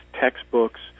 textbooks